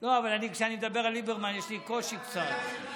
אבל כשאני מדבר על ליברמן יש לי קושי קצת.